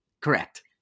Correct